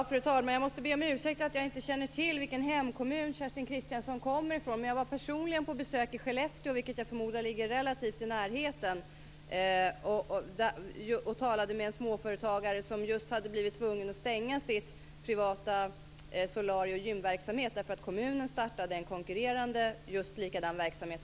Fru talman! Jag måste be om ursäkt för att jag inte känner till vilken kommun Kerstin Kristiansson kommer ifrån. Men jag var personligen på besök i Skellefteå, och jag förmodar att det ligger relativt nära. Där talade jag med en småföretagare som just hade blivit tvungen att stänga sin privata solarie och gymverksamhet därför att kommunen startat en konkurrerande likadan verksamhet.